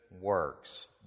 works